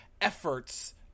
efforts